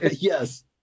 yes